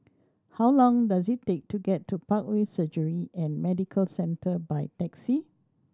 how long does it take to get to Parkway Surgery and Medical Centre by taxi